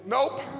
Nope